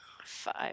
Five